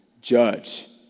judge